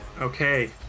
Okay